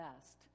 best